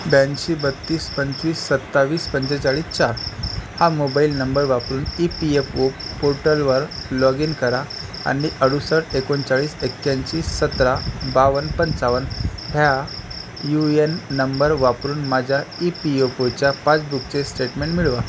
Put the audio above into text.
ब्याऐंशी बत्तीस पंचवीस सत्तावीस पंचेचाळीस चार हा मोबाइल नंबर वापरून ई पी एफ ओ पोर्टलवर लॉग इन करा आणि अडुसष्ट एकोणचाळीस एक्याऐंशी सतरा बावन्न पंचावन्न ह्या यू एन नंबर वापरून माझ्या ई पी एफ ओच्या पासबुकचे स्टेटमेंट मिळवा